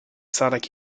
sonic